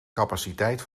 capaciteit